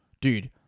dude